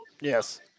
Yes